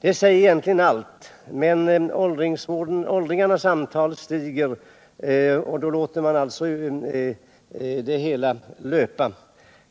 Det säger egentligen allt, men antalet åldringar stiger och då låter man alltså det hela löpa.